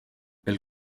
elle